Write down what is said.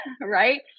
Right